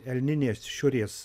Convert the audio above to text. elninės šiurės